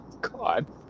God